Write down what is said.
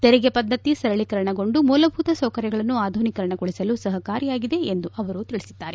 ತೆರಿಗೆ ಪದ್ದತಿ ಸರಳೀಕರಣಗೊಂಡು ಮೂಲಭೂತ ಸೌಕರ್ಯಗಳನ್ನು ಆಧುನೀಕರಣಗೊಳಿಸಲು ಸಹಕಾರಿಯಾಗಿದೆ ಎಂದು ಅವರು ತಿಳಿಸಿದ್ದಾರೆ